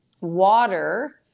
Water